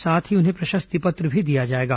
साथ ही उन्हें प्रशस्ति पत्र भी दिया जाएगा